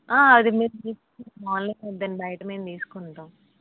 అది మీ వద్దు అండి బయట మేం తీసుకుంటాము